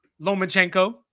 Lomachenko